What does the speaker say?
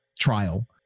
trial